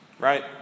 Right